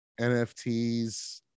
nfts